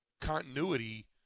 continuity